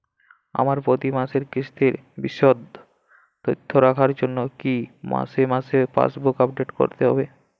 আমার প্রতি মাসের কিস্তির বিশদ তথ্য রাখার জন্য কি মাসে মাসে পাসবুক আপডেট করতে হবে?